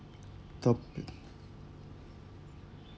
topic